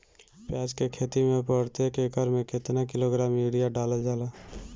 प्याज के खेती में प्रतेक एकड़ में केतना किलोग्राम यूरिया डालल जाला?